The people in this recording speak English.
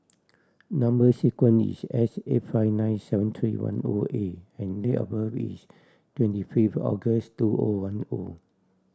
number sequence is S eight five nine seven three one O A and date of birth is twenty fifth August two O one O